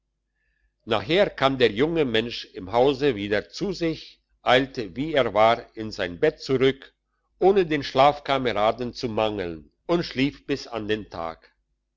nachher kam der junge mensch im hause wieder zu sich eilte wie er war in sein bette zurück ohne den schlafkameraden zu mangeln und schlief bis in den tag